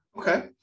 Okay